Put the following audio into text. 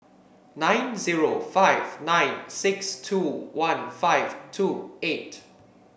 nine zero five nine six two one five two eight